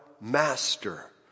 Master